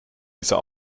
dieser